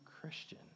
Christian